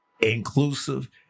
inclusive